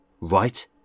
right